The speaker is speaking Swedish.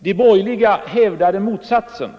De borgerliga hävdade motsatsen.